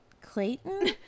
clayton